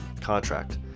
contract